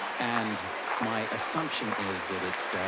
and my assumption is that it's,